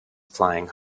flying